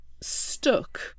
stuck